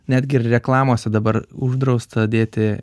netgi reklamose dabar uždrausta dėti